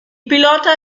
pilota